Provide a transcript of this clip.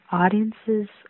audiences